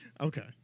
Okay